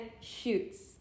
shoots